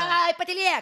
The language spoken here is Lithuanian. ai patylėk